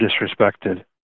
disrespected